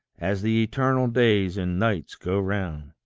as the eternal days and nights go round!